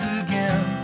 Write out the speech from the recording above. again